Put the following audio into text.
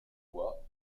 foi